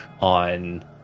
on